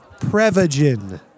Prevagen